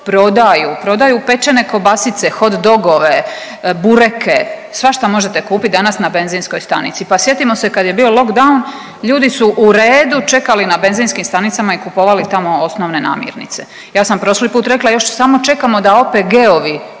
prodaju pečene kobasice, hot dogove, bureke, svašta možete kupiti danas na benzinskoj stanici. Pa sjetimo se kad je bio lockdown ljudi su u redu čekali na benzinskim stanicama i kupovali tamo osnovne namirnice. Ja sam prošli put rekla još samo čekamo da OPG-ovi